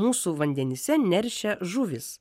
mūsų vandenyse neršia žuvys